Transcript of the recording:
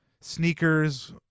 sneakers